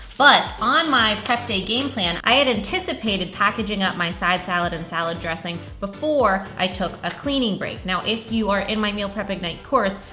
but, on my prep day game plan i had anticipated packaging up my side salad and salad dressing before i took a cleaning break. now if you are in my meal prep ignite course,